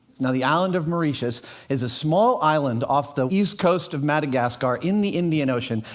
now, the island of mauritius is a small island off the east coast of madagascar in the indian ocean,